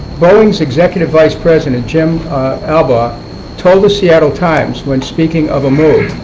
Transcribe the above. boeing's executive vice president jim albaugh told the seattle times, when speaking of a move,